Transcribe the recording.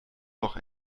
noch